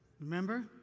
remember